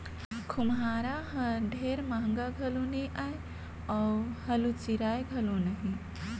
खोम्हरा हर ढेर महगा घलो नी आए अउ हालु चिराए घलो नही